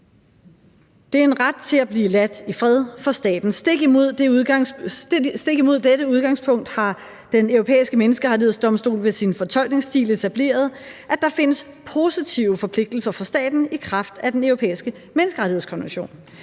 Det er en ret til at blive ladt i fred for staten. Stik imod dette udgangspunkt har Den Europæiske Menneskerettighedsdomstol ved sin fortolkningsstil etableret, at der findes positive forpligtelser for staten i kraft af Den Europæiske Menneskerettighedskonvention.